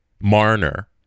Marner